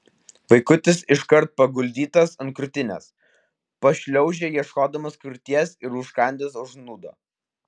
vaikutis iškart paguldytas ant krūtinės pašliaužė ieškodamas krūties ir užkandęs užsnūdo